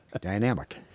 Dynamic